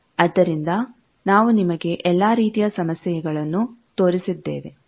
ಆದ್ದರಿಂದ ನಾವು ನಿಮಗೆ ಎಲ್ಲಾ ರೀತಿಯ ಸಮಸ್ಯೆಗಳನ್ನು ತೋರಿಸಿದ್ದೇವೆ